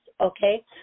okay